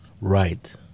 Right